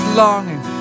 longing